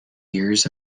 years